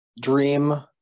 dream